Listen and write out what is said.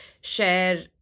share